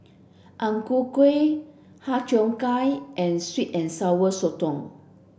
Ang Ku Kueh Har Cheong Gai and sweet and sour sotong